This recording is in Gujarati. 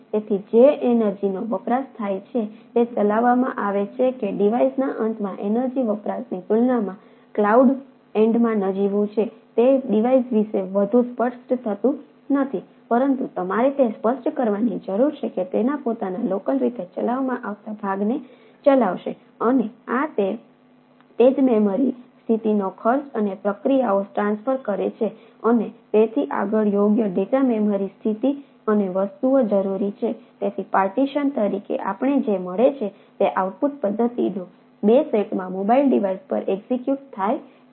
તેથી જે એનર્જિનો થાય છે અને બીજો સ્ટેટ સેટ તે ક્લાઉડ પર એક્ઝેક્યુટ કરવા જાય છે